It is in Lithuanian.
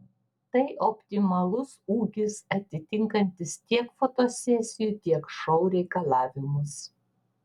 tai optimalus ūgis atitinkantis tiek fotosesijų tiek šou reikalavimus